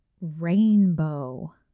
rainbow